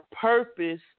purpose